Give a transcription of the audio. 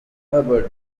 herbert